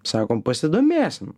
sakom pasidomėsim